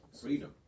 Freedom